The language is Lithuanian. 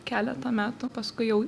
keletą metų paskui jau